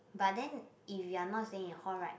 but then if you are not staying in hall right